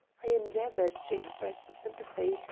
i endeavored to express sympathy,